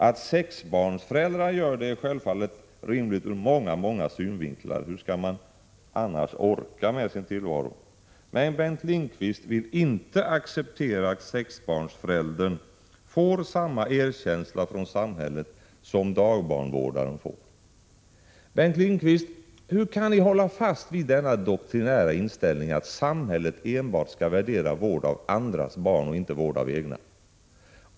Att sexbarnsföräldrar gör det är självfallet rimligt ur många synvinklar — hur skall de annars orka med sin tillvaro? Men Bengt Lindqvist vill inte acceptera att sexbarnsföräldern får samma erkänsla från samhället som dagbarnvårdaren får. Bengt Lindqvist, hur kan ni hålla fast vid denna doktrinära inställning att samhället enbart skall värdera vård av andras barn och inte vård av egna?